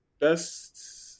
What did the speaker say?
best